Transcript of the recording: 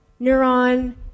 neuron